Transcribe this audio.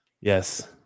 Yes